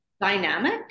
dynamic